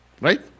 right